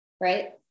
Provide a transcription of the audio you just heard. right